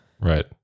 Right